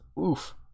Oof